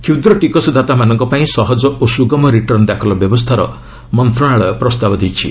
କ୍ଷୁଦ୍ର ଟିକସଦାତାମାନଙ୍କ ପାଇଁ ସହଜ ଓ ସୁଗମ ରିଟର୍ଶ୍ଣ ଦାଖଲ ବ୍ୟବସ୍ଥାର ମନ୍ତ୍ରଣାଳୟ ପ୍ରସ୍ତାବ ଦେଇଛି